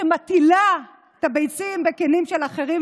קוקייה שמטילה את הביצים בקינים של אחרים,